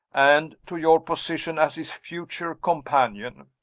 and to your position as his future companion.